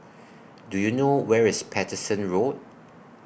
Do YOU know Where IS Paterson Road